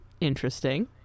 interesting